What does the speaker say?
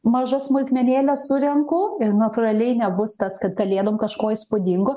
mažas smulkmenėles surenku ir natūraliai nebus tas kad kalėdom kažko įspūdingo